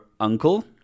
uncle